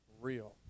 real